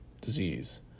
disease